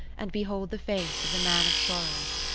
and behold the face of the man of sorrows.